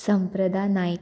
Samprada Naik